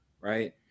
right